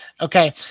Okay